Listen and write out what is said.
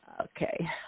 okay